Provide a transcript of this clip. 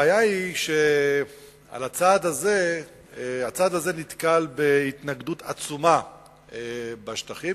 הבעיה היא שהצעד הזה נתקל בהתנגדות עצומה בשטחים.